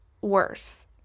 worse